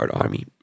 army